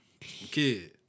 Kid